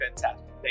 fantastic